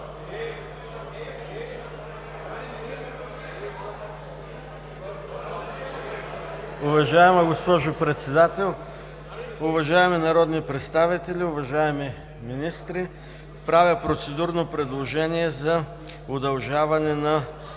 Уважаема госпожо Председател, уважаеми народни представители, уважаеми министри! Правя процедурно предложение за удължаване на